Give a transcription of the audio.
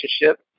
relationship